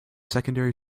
secondary